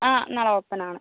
ആ നാളെ ഓപ്പൺ ആണ്